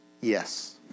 yes